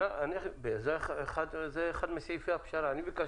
זה לא מעשי לבקש